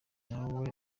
nawe